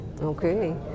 Okay